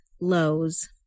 lows